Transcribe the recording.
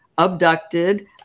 abducted